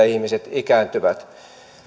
ihmiset ikääntyvät